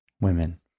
women